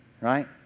right